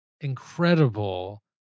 Incredible